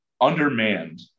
undermanned